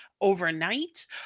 overnight